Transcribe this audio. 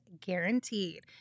guaranteed